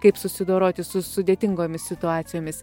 kaip susidoroti su sudėtingomis situacijomis